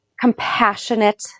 compassionate